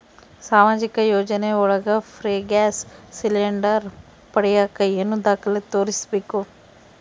ಸಾಮಾಜಿಕ ಯೋಜನೆ ಒಳಗ ಫ್ರೇ ಗ್ಯಾಸ್ ಸಿಲಿಂಡರ್ ಪಡಿಯಾಕ ಏನು ದಾಖಲೆ ತೋರಿಸ್ಬೇಕು?